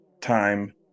time